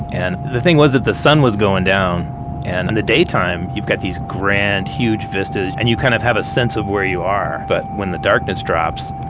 and the thing was that the sun was going down and in and the daytime, you've got these grand, huge vistas and you kind of have a sense of where you are. but when the darkness drops,